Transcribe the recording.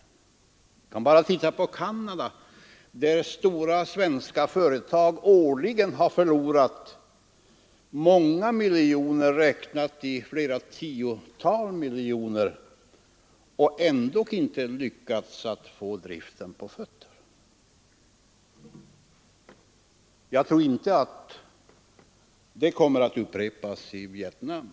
I Canada t.ex. har stora svenska företag årligen förlorat flera tiotal miljoner utan att lyckas få verksamheten på fötter. Men jag tror inte att det kommer att upprepas i Vietnam.